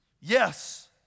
Yes